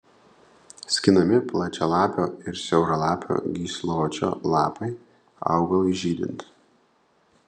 skinami plačialapio ir siauralapio gysločio lapai augalui žydint